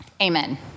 Amen